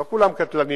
לא כולן קטלניות,